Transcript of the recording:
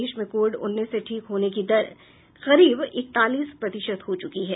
देश में कोविड उन्नीस से ठीक होने की दर करीब इकतालीस प्रतिशत हो चुकी है